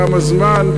כמה זמן,